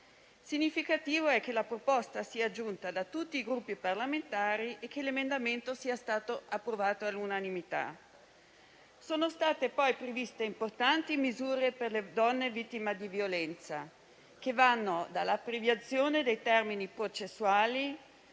significativo che la proposta sia giunta da tutti i Gruppi parlamentari e che l'emendamento sia stato approvato all'unanimità. Sono state poi previste importanti misure per le donne vittime di violenza che vanno dall'abbreviazione dei termini processuali